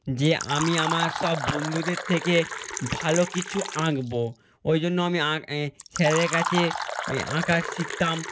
যে আমি আমার সব বন্ধুদের থেকে ভালো কিছু আঁকবো ওই জন্য আমি স্যারের কাছে এ আঁকা শিখতাম